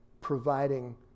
providing